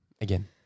again